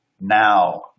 Now